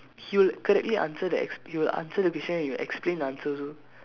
he will correctly answer the ex~ he'll answer the picture and he'll explain the answer also